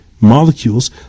molecules